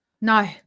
No